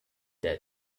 their